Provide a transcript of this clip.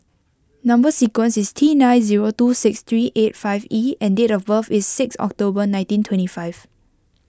Number Sequence is T nine zero two six three eight five E and date of birth is six October nineteen twenty five